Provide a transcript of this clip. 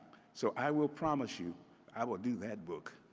so i will promise you i will do that book.